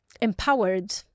empowered